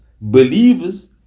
believers